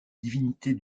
divinités